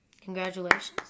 Congratulations